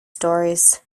stories